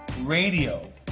radio